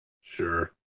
Sure